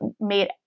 made